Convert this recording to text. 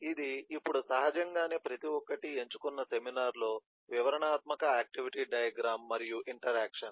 ఇది ఇప్పుడు సహజంగానే ప్రతి ఒక్కటి ఎంచుకున్న సెమినార్లో వివరణాత్మక ఆక్టివిటీ డయాగ్రమ్ మరియు ఇంటరాక్షన్